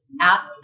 ask